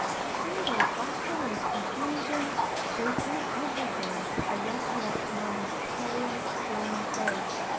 they seemed all bustle and confusion though through everything i recollect mamma's pale drawn face,